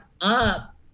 up